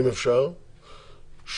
אם אפשר,